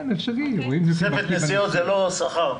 תוספת נסיעות, זה לא שכר.